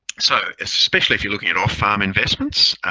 so especially if you're looking at off-farm investments,